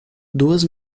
duas